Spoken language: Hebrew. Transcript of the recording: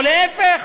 או להפך.